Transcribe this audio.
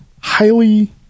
highly